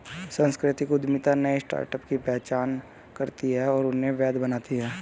सांस्कृतिक उद्यमिता नए स्टार्टअप की पहचान करती है और उन्हें वैध बनाती है